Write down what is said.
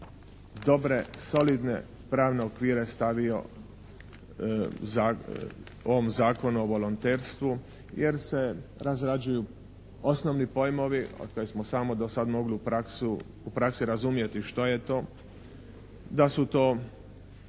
dobre solidne pravne okvire stavio u ovom Zakonu o volonterstvu, jer se razrađuju osnovni pojmovi od kojih smo samo do sada mogli u praksi razumjeti što je to. Da su to